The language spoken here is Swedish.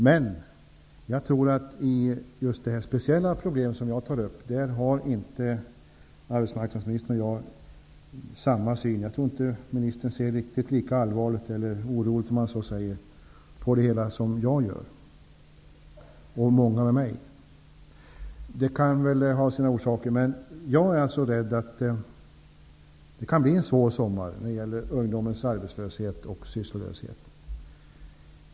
Men på just det speciella problem som jag tar upp har inte arbetsmarknadsministern och jag samma syn. Jag tror inte att ministern ser med riktigt lika stor oro på situationen som jag och många med mig gör. Jag är alltså rädd för att det kan bli en svår sommar på grund av ungdomens arbetslöshet och sysslolöshet.